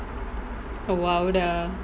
!wow! dah